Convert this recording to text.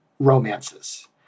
romances